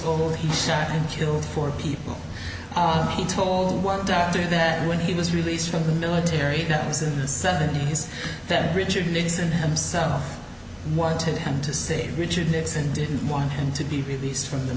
old he shot and killed four people he told one doctor that when he was released from the military that was in the seventies that richard nixon himself what to him to say richard nixon didn't want him to be released from the